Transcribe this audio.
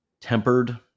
tempered